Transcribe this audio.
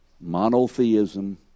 Monotheism